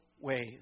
ways